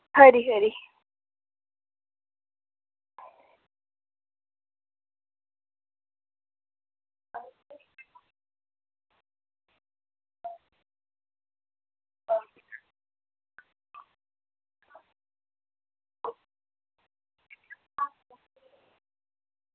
खरी खरी